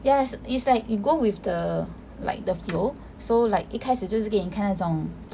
yes it's like you go with the like the flow so like 一开始就是给你看那种